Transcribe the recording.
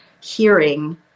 hearing